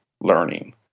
learning